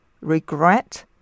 regret